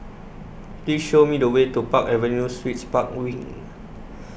Please Show Me The Way to Park Avenue Suites Park Wing